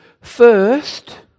first